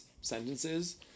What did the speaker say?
sentences